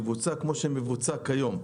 יבוצעו כמו שהם מבוצעים היום.